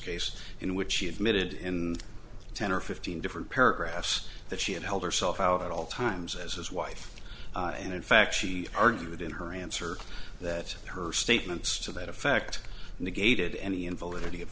case in which she admitted in ten or fifteen different paragraphs that she had held herself out at all times as his wife and in fact she argued in her answer that her statements to that effect negated any invalidity of